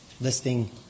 listing